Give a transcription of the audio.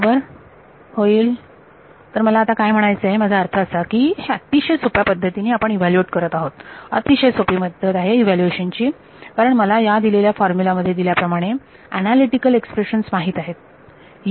बरोबर होईल तर मला काय म्हणायचे आहे माझा अर्थ असा आहे की हे अतिशय सोप्या पद्धतीने आपण ईव्हॅल्यूएट करत आहोत अतिशय सोपी पद्धत आहे ईव्हॅल्युएशन ची कारण मला या दिलेल्या फॉर्म्युला मध्ये दिल्याप्रमाणे मला अनालिटिकल एक्सप्रेशन्स माहित आहेत